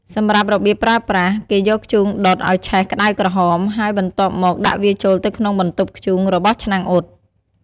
សម្រាប់របៀបប្រើប្រាស់ គេយកធ្យូងដុតឲ្យឆេះក្តៅក្រហម ហើយបន្ទាប់មកដាក់វាចូលទៅក្នុងបន្ទប់ធ្យូងរបស់ឆ្នាំងអ៊ុត។